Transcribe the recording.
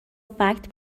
فکت